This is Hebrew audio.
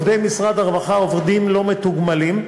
עובדי משרד הרווחה הם עובדים לא מתוגמלים,